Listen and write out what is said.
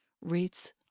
rates